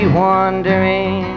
wandering